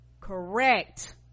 correct